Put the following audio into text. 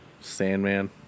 Sandman